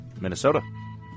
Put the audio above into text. Minnesota